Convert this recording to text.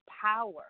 power